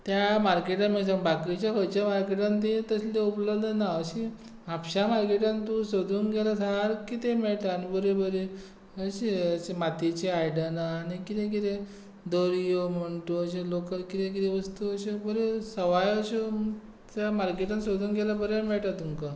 त्या मार्केटांत बाकीच्या खंयच्या मार्केटांत ती तसली उपलब्ध ना अशी म्हापशां मार्केटांत तूं सोदूंक गेल्यार सारकी ती मेळटा आनी बऱ्यो बऱ्यो अशी मातयेची आयदना आनी कितें कितें दोरीयो म्हूण तूं अशें लोकल कितें कितें वस्तू अश्यो बऱ्यो सवाय अश्यो मार्केटांत सोदूंक गेल्यार बऱ्यो मेळटा तुमकां